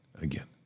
again